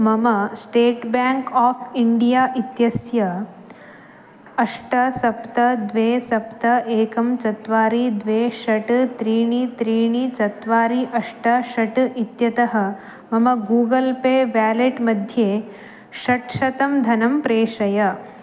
मम State Bank of India इत्यस्य अष्ट सप्त द्वे सप्त एकं चत्वारि द्वे षट् त्रीणि त्रीणि चत्वारि अष्ट षट् इत्यतः मम गूगल् पे वेलेट् मध्ये षट्शतं धनं प्रेषय